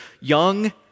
young